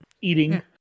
eating